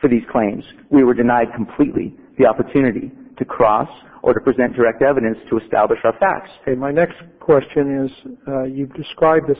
for these claims we were denied completely the opportunity to cross or to present direct evidence to establish the facts my next question is describe the